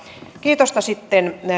kiitosta sitten